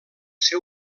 ser